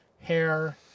Hair